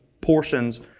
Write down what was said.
portions